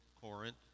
Corinth